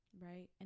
right